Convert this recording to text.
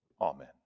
Amen